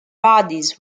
bodies